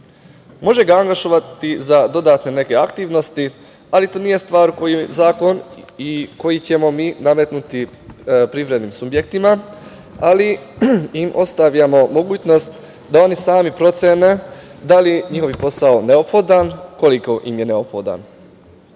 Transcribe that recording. Može ga angažovati za dodatne neke aktivnosti, ali to nije stvar koju zakon i koji ćemo mi nametnuti privrednim subjektima, ali ostavljamo mogućnost da oni sami procene da li je njihov posao neophodan, koliko im je neophodan.